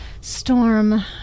storm